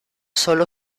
sólo